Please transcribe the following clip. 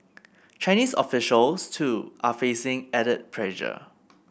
Chinese officials too are facing added pressure